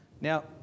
Now